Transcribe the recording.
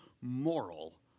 moral